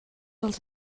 els